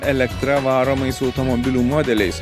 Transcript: elektra varomais automobilių modeliais